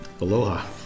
Aloha